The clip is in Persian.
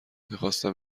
میخواستم